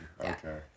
Okay